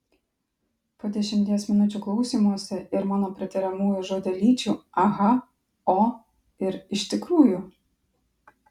po dešimties minučių klausymosi ir mano pritariamųjų žodelyčių aha o ir iš tikrųjų